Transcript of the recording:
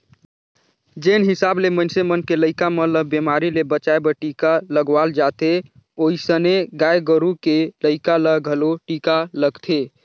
जेन हिसाब ले मनइसे मन के लइका मन ल बेमारी ले बचाय बर टीका लगवाल जाथे ओइसने गाय गोरु के लइका ल घलो टीका लगथे